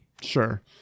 Sure